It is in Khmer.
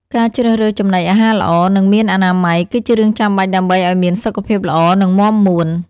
ការជ្រើសរើសចំណីអាហារល្អ និងមានអនាម័យ គឺជារឿងចាំបាច់ដើម្បីឲ្យមានសុខភាពល្អ និងមាំមួន។